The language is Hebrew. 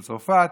בצרפת.